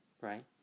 right